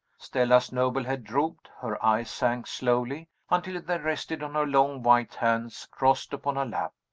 stella's noble head drooped her eyes sank slowly, until they rested on her long white hands crossed upon her lap.